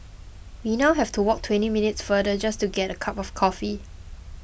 we now have to walk twenty minutes farther just to get a cup of coffee